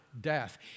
death